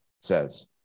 says